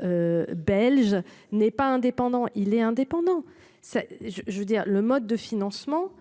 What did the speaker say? Belge n'est pas indépendant, il est indépendant ça je je veux dire le mode de financement.